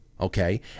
okay